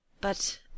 But